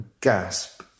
gasp